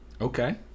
Okay